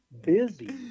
busy